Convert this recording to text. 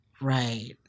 right